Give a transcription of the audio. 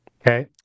Okay